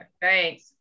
thanks